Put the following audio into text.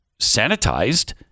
sanitized